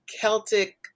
Celtic